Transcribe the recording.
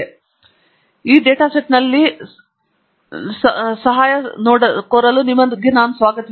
ಮತ್ತೆ ಈ ಡೇಟಾ ಸೆಟ್ನಲ್ಲಿ ಸಹಾಯವನ್ನು ನೋಡಲು ನಾನು ನಿಮ್ಮನ್ನು ಸ್ವಾಗತಿಸುತ್ತಿದ್ದೇನೆ